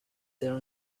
there